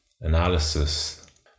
analysis